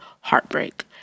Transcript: heartbreak